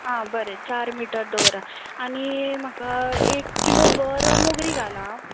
आं बरें चार मिटर दवरात आनी म्हाका एक किलो बरो मोगरीं घाल आं